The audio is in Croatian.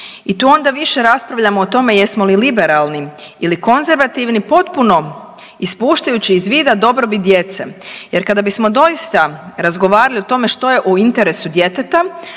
i tu onda više raspravljamo o tome jesmo li liberalni ili konzervativni potpuno ispuštajući iz vida dobrobit djece jer kada bismo doista razgovarali o tome što je u interesu djeteta